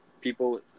people